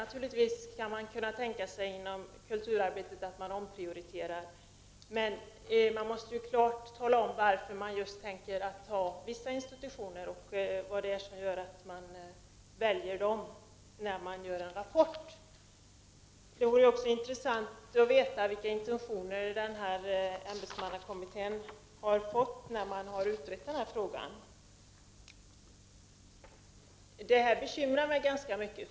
Naturligtvis skulle man kunna tänka sig omprioriteringar inom kulturarbetet, men man måste när man gör en rapport klart tala om varför omprioriteringar skall gälla just vissa institutioner, varför just dessa väljs ut. Det vore också intressant att få veta vilka intentioner ämbetsmannakommittén har haft när den har utrett denna fråga. Detta bekymrar mig ganska mycket.